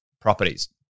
properties